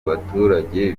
baturage